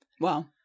Wow